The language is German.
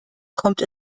kommt